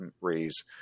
raise